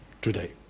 today